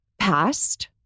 past